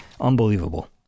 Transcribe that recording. unbelievable